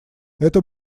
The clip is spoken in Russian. это